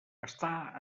està